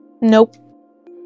Nope